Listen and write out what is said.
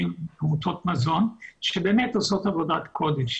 עמותות מזון שבאמת עושות עבודת קודש,